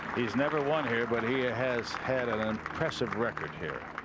he's never won here. but he has had an impressive record here.